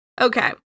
Okay